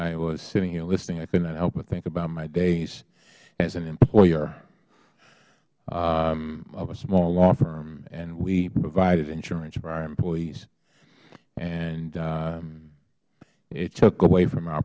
i was sitting here listening i could not help but think about my days as an employer of a small law firm we provided insurance for our employees and it took away from our